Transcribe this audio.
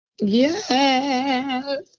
Yes